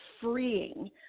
freeing